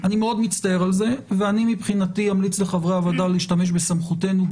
אני מאוד מצטער על זה ואני מבחינתי אמליץ לחברי הוועדה להשתמש בסמכותנו,